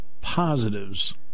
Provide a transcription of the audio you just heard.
positives